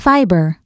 Fiber